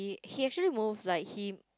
he actually moved like he